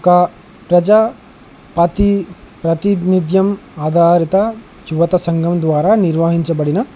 ఒక ప్రజా ప్రతి ప్రాతినిధ్యం ఆధారిత యువత సంఘం ద్వారా నిర్వహించబడిన